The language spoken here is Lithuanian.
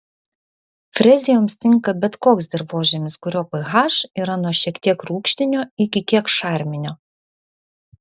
frezijoms tinka bet koks dirvožemis kurio ph yra nuo šiek tiek rūgštinio iki kiek šarminio